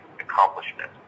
accomplishment